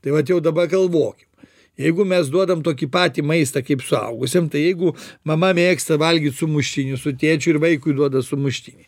tai vat jau daba galvokim jeigu mes duodam tokį patį maistą kaip suaugusiem tai jeigu mama mėgsta valgyt sumuštinius su tėčiu ir vaikui duoda sumuštinį